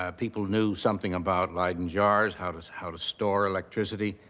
ah people knew something about leyden jars, how to how to store electricity.